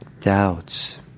doubts